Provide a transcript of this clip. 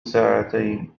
ساعتين